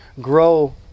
grow